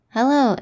Hello